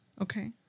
Okay